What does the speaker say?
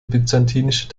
byzantinische